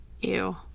Ew